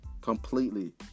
completely